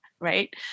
right